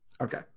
Okay